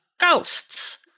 ghosts